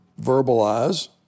verbalize